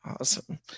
Awesome